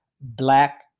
black